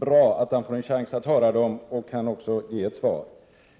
så att han får en chans att ge ett svar.